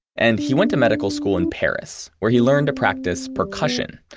and he went to medical school in paris where he learned to practice percussion,